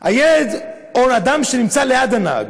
ילד או אדם שנמצא ליד הנהג,